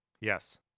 Yes